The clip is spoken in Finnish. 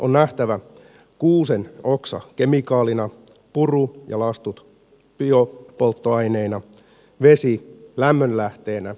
on nähtävä kuusenoksa kemikaalina puru ja lastut biopolttoaineina vesi lämmönlähteenä ja niin edelleen